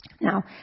Now